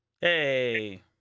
Hey